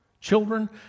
Children